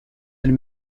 elle